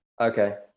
Okay